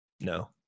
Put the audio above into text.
No